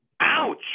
Ouch